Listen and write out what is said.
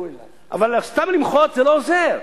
אבל סתם למחות, זה לא עוזר.